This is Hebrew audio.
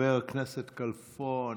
חבר הכנסת כלפון?